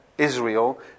Israel